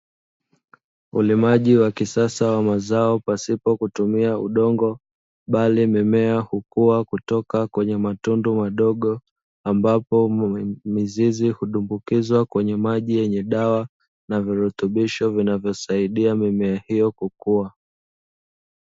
Ulimaji wa kisasa wa mazao pasipo kutumia udongo bali mimea hukua kutoka kwenye matundu madogo, ambapo mizizi hudumbukizwa kwenye maji yenye dawa na virutubisho vinavyosaidia mimea hiyo kukua.